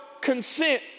consent